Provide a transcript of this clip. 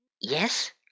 Yes